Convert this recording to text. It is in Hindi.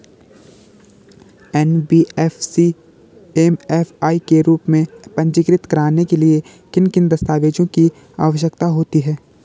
एन.बी.एफ.सी एम.एफ.आई के रूप में पंजीकृत कराने के लिए किन किन दस्तावेज़ों की आवश्यकता होती है?